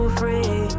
free